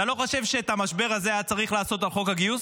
אתה לא חושב שאת המשבר הזה היה צריך לעשות על חוק הגיוס?